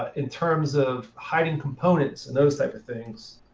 ah in terms of hiding components and those type of things,